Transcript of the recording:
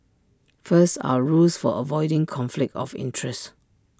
first our rules for avoiding conflict of interest